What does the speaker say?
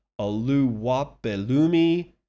Aluwapelumi